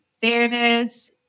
fairness